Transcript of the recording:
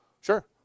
Sure